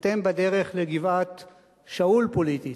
אתם בדרך לגבעת-שאול פוליטית.